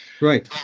right